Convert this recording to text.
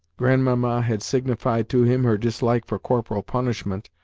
grandmamma had signified to him her dislike for corporal punishment,